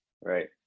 right